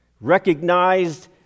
recognized